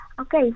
Okay